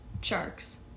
sharks